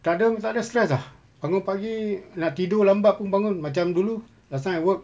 tak ada tak ada stress ah bangun pagi nak tidur lambat pun bangun macam dulu last time I work